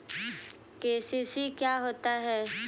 KCC क्या होता है?